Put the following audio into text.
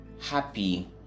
happy